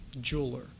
jeweler